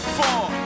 four